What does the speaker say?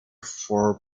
for